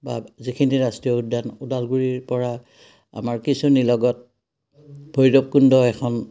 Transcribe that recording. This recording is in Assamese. বা যিখিনি ৰাষ্ট্ৰীয় উদ্যান ওদালগুৰিৰ পৰা আমাৰ কিছু নিলগত ভৈৰৱকুণ্ড এখন